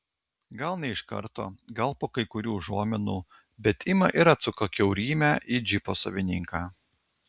gal ne iš karto gal po kai kurių užuominų bet ima ir atsuka kiaurymę į džipo savininką